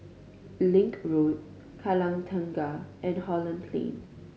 Link Road Kallang Tengah and Holland Plain